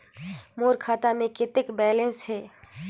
मोर खाता मे कतेक बैलेंस हे?